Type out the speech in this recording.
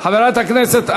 למניעת הטרדה מינית (תיקון מס' 10),